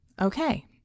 Okay